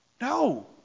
No